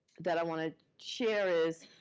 that i want to share is,